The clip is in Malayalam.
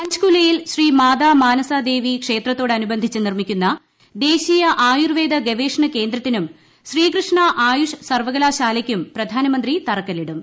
പഞ്ച്കുലയിൽ ശ്രീ മാതാ മാനസാദേവി ക്ഷേത്രത്തോടനുബന്ധിപ്പ് നിർമ്മിക്കുന്ന ദേശീയ ആയുർവേദ ഗവേഷണ കേന്ദ്രത്തിനു്ം ശ്രീകൃഷ്ണ ആയുഷ് സർവകലാശാലയ്ക്കും പ്രധാനമ്പ്ത്രീ തറക്കല്ലിടും